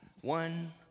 One